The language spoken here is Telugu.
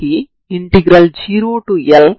అంటే ప్రభావవంతమైన డొమైన్ ఏమిటి